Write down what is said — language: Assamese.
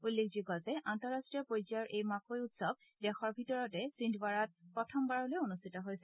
উল্লেখযোগ্য যে আন্তঃৰাষ্ট্ৰীয় পৰ্যায়ৰ এই মাকৈ উৎসৱ দেশৰ ভিতৰতে সিন্ধৱাড়াৰ প্ৰথমবাৰলৈ অনুষ্ঠিত হৈছে